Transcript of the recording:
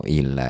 il